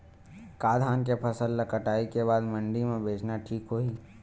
का धान के फसल ल कटाई के बाद मंडी म बेचना ठीक होही?